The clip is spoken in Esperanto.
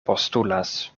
postulas